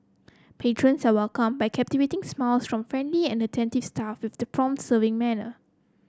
patrons are welcomed by captivating smiles from friendly and attentive staff with the prompt serving manner